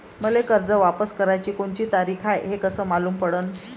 मले कर्ज वापस कराची कोनची तारीख हाय हे कस मालूम पडनं?